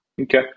Okay